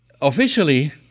officially